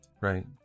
Right